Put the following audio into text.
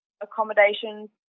accommodations